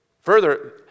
Further